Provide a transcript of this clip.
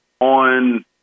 on